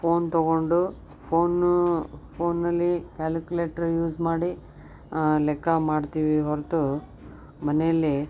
phone ತೊಗೊಂಡು phone ಫೋನಲ್ಲಿ calculator use ಮಾಡಿ ಲೆಕ್ಕ ಮಾಡ್ತೀವಿ ಹೊರೆತು ಮನೆಯಲ್ಲಿ